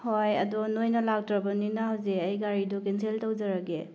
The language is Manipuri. ꯍꯣꯏ ꯑꯗꯣ ꯅꯣꯏꯅ ꯂꯥꯛꯇ꯭ꯔꯕꯅꯤꯅ ꯍꯧꯖꯤꯛ ꯑꯩ ꯒꯥꯔꯤꯗꯨ ꯀꯦꯟꯁꯦꯜ ꯇꯧꯖꯔꯒꯦ